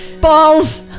Balls